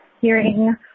hearing